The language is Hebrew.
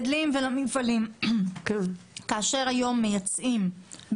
כאשר היום מייצאים,